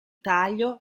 taglio